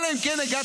אלא אם כן הגעתם